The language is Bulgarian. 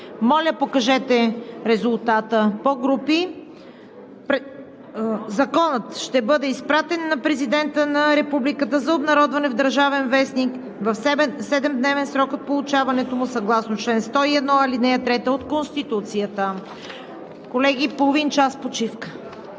територията е повторно приет. Законът ще бъде изпратен на Президента на Републиката за обнародване в „Държавен вестник“ в седемдневен срок от получаването му съгласно чл. 101, ал. 3 от Конституцията. Колеги, половин час почивка.